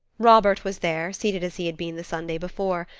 robert was there, seated as he had been the sunday before,